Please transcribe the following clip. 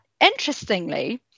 interestingly